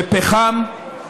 מפחם,